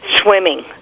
swimming